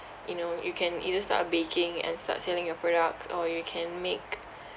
you know you can either start with baking and start selling your product or you can make